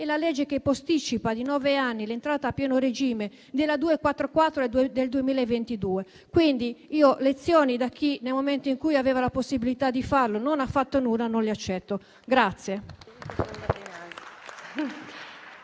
è la legge che posticipa di nove anni l'entrata a pieno regime della legge n. 244 del 2022. Quindi, lezioni da chi, nel momento in cui aveva la possibilità di farlo, non ha fatto nulla non le accetto.